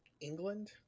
England